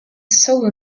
sober